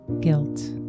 guilt